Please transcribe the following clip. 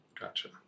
Gotcha